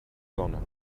sonne